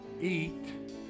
Eat